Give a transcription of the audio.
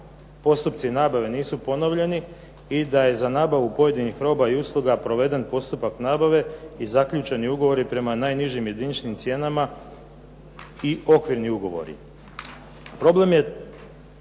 postupci nabave nisu ponovljeni i da je za nabavu pojedinih roba i usluga proveden postupak nabave i zaključeni ugovori prema najnižim jediničnim cijenama i okvirni ugovori. Problem je